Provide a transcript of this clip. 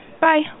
bye